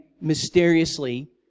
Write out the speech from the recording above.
mysteriously